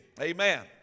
Amen